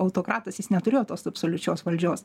autokratas jis neturėjo tos absoliučios valdžios